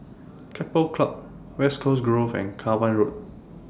Keppel Club West Coast Grove and Cavan Road